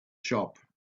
shop